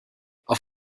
auf